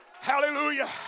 Hallelujah